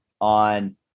on